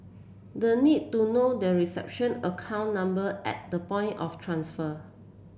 the need to know the reception account number at the point of transfer